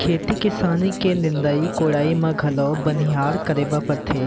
खेती किसानी के निंदाई कोड़ाई म घलौ बनिहार करे बर परथे